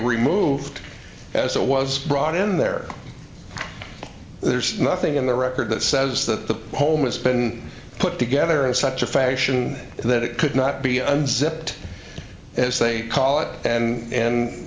removed as it was brought in there there's nothing in the record that says that the home has been put together in such a fashion that it could not be unsnipped as they call it and